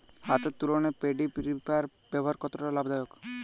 হাতের তুলনায় paddy reaper ব্যবহার কতটা লাভদায়ক?